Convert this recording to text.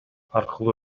аркылуу